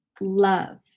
love